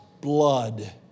blood